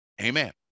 amen